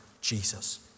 Jesus